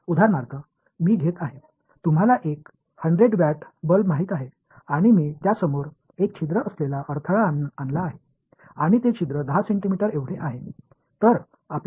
உதாரணமாக உங்களுக்குத் தெரிந்த 100 வாட் விளக்கை நான் எடுத்துக்கொள்கிறேன் அதன் முன் ஒரு துளையுடன் தடையை வைக்கிறேன் அந்த துளை உங்களுக்கு 10 சென்டிமீட்டர் என்று சொல்லலாம்